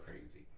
crazy